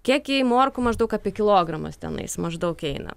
kiekiai morkų maždaug apie kilogramas tenais maždaug eina